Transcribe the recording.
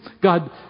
God